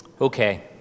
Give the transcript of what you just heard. Okay